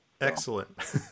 Excellent